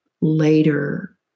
later